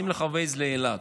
שים Waze לאילת.